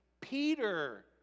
Peter